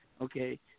Okay